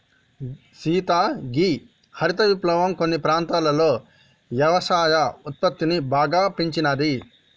సీత గీ హరిత విప్లవం కొన్ని ప్రాంతాలలో యవసాయ ఉత్పత్తిని బాగా పెంచినాది